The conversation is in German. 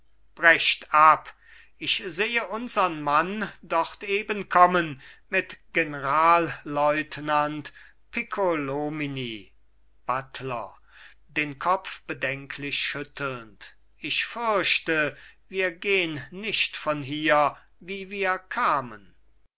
brecht ab ich sehe unsern mann dort eben kommen mit genralleutnant piccolomini buttler den kopf bedenklich schüttelnd ich fürchte wir gehn nicht von hier wie wir kamen